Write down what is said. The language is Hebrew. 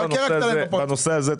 בנושא הזה,